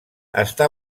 està